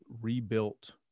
rebuilt